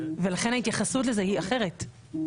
לכן ההתייחסות לזה היא אחרת.